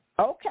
Okay